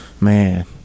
man